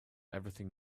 everything